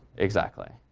exactly.